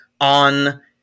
on